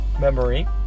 memory